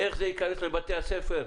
איך זה ייכנס לבתי הספר?